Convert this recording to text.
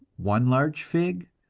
one large fig,